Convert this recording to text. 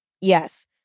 Yes